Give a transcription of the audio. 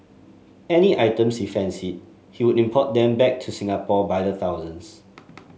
any items he fancied he would import them back to Singapore by the thousands